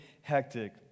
hectic